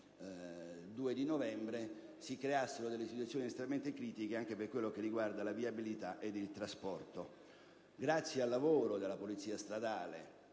2 novembre, si creassero delle situazioni estremamente critiche anche per la viabilità ed il trasporto. Grazie al lavoro della Polizia stradale,